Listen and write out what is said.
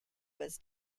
was